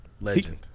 Legend